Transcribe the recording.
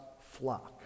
flock